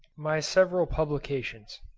my several publications.